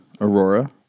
Aurora